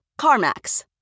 CarMax